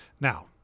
now